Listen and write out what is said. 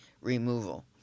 removal